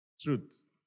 Truth